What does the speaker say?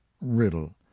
riddle